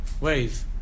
wave